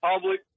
public